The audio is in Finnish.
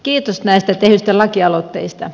kiitos näistä tehdyistä lakialoitteista